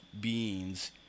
beings